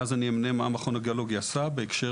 ואז אמנה מה המכון הגיאולוגי עשה בהקשר